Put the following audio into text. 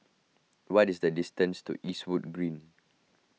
what is the distance to Eastwood Green